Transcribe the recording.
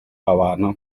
abantu